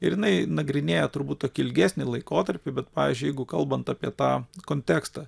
ir jinai nagrinėja turbūt tokį ilgesnį laikotarpį bet pavyzdžiui jeigu kalbant apie tą kontekstą